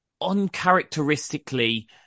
uncharacteristically